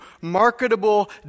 marketable